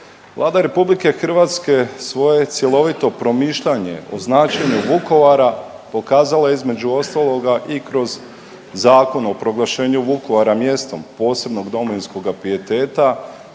Vlada je RH svoje cjelovito promišljanje o značenju Vukovara pokazala, između ostaloga i kroz Zakon o proglašenju Vukovara mjesto posebnog domovinskoga pijeteta,